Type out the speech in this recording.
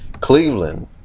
Cleveland